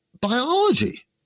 biology